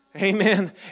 Amen